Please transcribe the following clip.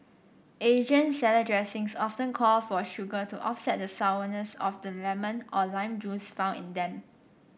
Asian salad dressings often call for sugar to offset the sourness of the lemon or lime juice found in them